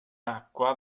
acqua